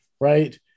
right